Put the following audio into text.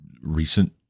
recent